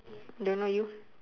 don't know you